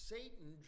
Satan